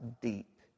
deep